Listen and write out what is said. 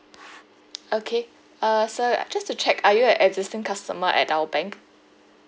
okay uh sir just to check are you a existing customer at our bank